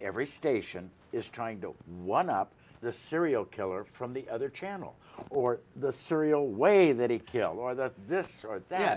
every station is trying to one up the serial killer from the other channel or the serial way that he kill or that this or that